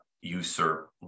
usurp